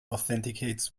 authenticates